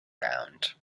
round